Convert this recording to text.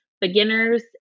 beginners